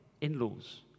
in-laws